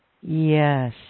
Yes